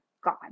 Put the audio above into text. God